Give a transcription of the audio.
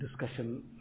discussion